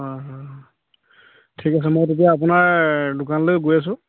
হয় হয় হয় ঠিক আছে মই তেতিয়া আপোনাৰ দোকানলৈ গৈ আছোঁ